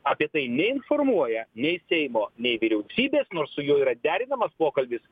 apie tai neinformuoja nei seimo nei vyriausybės nors su juo yra derinamas pokalbis